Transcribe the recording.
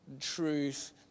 truth